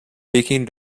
taking